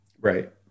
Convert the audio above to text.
Right